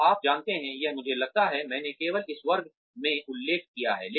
तो आप जानते हैं या मुझे लगता है मैंने केवल इस वर्ग में उल्लेख किया है